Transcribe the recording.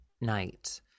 night